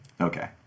Okay